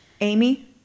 Amy